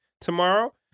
tomorrow